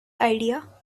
idea